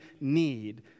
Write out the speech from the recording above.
need